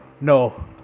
No